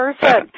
person